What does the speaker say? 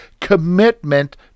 commitment